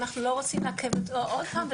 ואנחנו לא רוצים לעכב אותו עוד פעם,